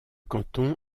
canton